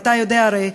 ואתה יודע הרי,